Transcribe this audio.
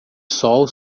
sol